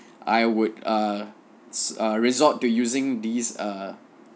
I would err err resort to using these err